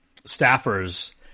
staffers